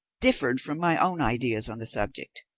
differed from my own ideas on the subject.